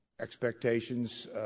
expectations